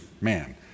man